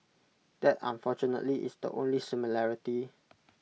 that unfortunately is the only similarity